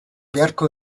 beharko